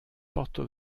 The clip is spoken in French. porto